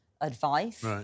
Advice